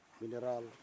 mineral